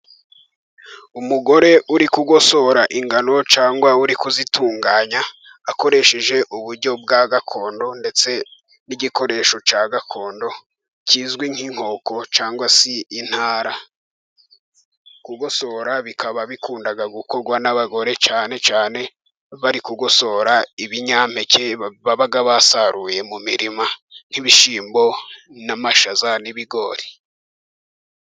Umugore uri kugosora ingano kandi uri kuzitunganya akoresheje uburyo bwa gakondo, ndetse n'igikoresho cya gakondo kizwi nk'inkoko cyangwa se intara. kugosora bikaba bikunda gukorwa n'abagore cyane cyane bari gugosora ibinyampeke, baba basaruye mu mirima nk'ibishyimbo, n'amashaza, n'ibigori.